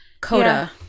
Coda